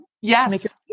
yes